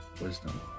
Wisdom